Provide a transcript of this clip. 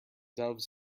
doves